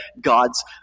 God's